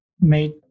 made